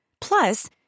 Plus